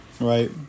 Right